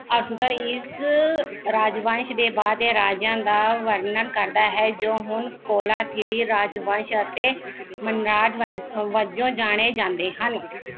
ਅਰਥੂਦਲ਼ ਇਸ ਰਾਜਵੰਸ਼ ਦੇ ਬਾਅਦ ਦੇ ਰਾਜਿਆਂ ਦਾ ਵਰਣਨ ਕਰਦਾ ਹੈ ਜੋ ਹੁਣ ਕੋਲਾਥਿਰੀ ਰਾਜਵੰਸ਼ ਅਤੇ ਮੰਨਰਾਰ ਵ ਵਜੋਂ ਜਾਣੇ ਜਾਂਦੇ ਹਨ